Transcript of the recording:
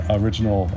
original